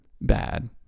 bad